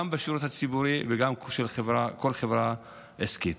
גם בשירות הציבורי וגם של כל חברה עסקית.